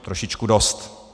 Trošičku dost.